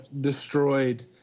destroyed